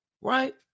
Right